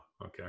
okay